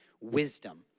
wisdom